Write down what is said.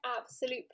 absolute